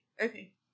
okay